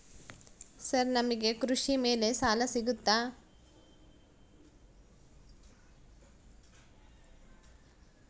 Sir ನಮಗೆ ಕೃಷಿ ಮೇಲೆ ಸಾಲ ಸಿಗುತ್ತಾ?